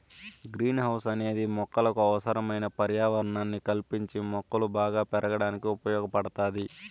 green house అనేది మొక్కలకు అవసరమైన పర్యావరణాన్ని కల్పించి మొక్కలు బాగా పెరగడానికి ఉపయోగ పడుతాది